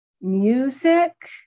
music